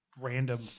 random